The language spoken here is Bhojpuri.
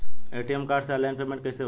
ए.टी.एम कार्ड से ऑनलाइन पेमेंट कैसे होई?